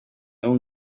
own